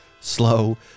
slow